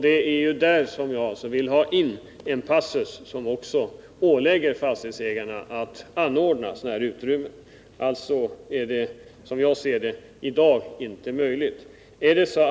Det är där jag vill ha in en passus i vilken man ålägger fastighetsägarna att iordningställa sådana här utrymmen. Det är, som jag ser det, inte möjligt i dag.